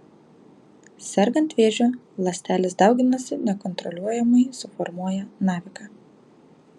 sergant vėžiu ląstelės dauginasi nekontroliuojamai suformuoja naviką